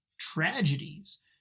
tragedies